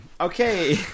okay